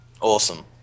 Awesome